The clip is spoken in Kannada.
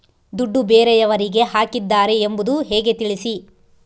ದುಡ್ಡು ಬೇರೆಯವರಿಗೆ ಹಾಕಿದ್ದಾರೆ ಎಂಬುದು ಹೇಗೆ ತಿಳಿಸಿ?